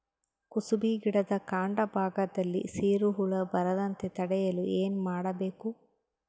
ಕುಸುಬಿ ಗಿಡದ ಕಾಂಡ ಭಾಗದಲ್ಲಿ ಸೀರು ಹುಳು ಬರದಂತೆ ತಡೆಯಲು ಏನ್ ಮಾಡಬೇಕು?